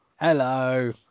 hello